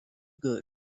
good